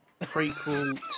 prequel